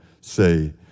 say